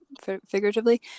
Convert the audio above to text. figuratively